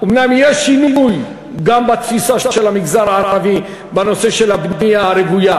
אומנם יש שינוי גם בתפיסה של המגזר הערבי בנושא של הבנייה הרוויה,